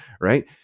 right